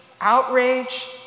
outrage